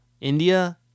India